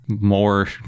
more